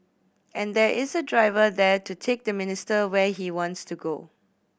and there is a driver there to take the minister where he wants to go